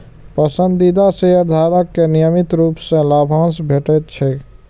पसंदीदा शेयरधारक कें नियमित रूप सं लाभांश भेटैत छैक